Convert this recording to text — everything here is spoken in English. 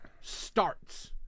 Starts